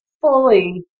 fully